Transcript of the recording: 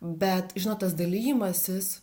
bet žinot tas dalijimasis